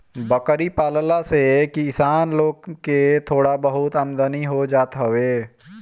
बकरी पालला से किसान लोग के थोड़ा बहुत आमदनी हो जात हवे